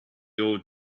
old